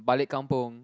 balik-Kampung